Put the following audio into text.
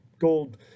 gold